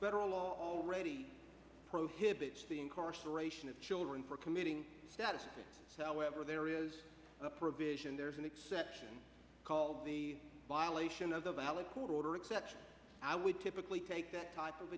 federal law prohibits the incarceration of children for committing status however there is a provision there's an exception called the violation of the valid court order exception i would typically take that type of